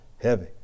heavy